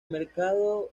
mercado